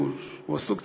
הוא עסוק קצת,